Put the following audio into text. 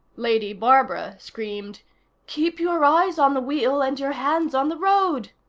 lady barbara screamed keep your eyes on the wheel and your hands on the road!